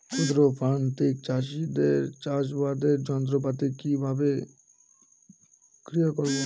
ক্ষুদ্র প্রান্তিক চাষীদের চাষাবাদের যন্ত্রপাতি কিভাবে ক্রয় করব?